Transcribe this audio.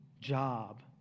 job